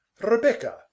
Rebecca